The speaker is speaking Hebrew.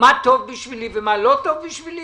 מה טוב בשבילי ומה לא טוב בשבילי?